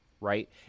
Right